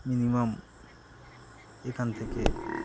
minimum এখান থেকে